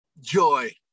joy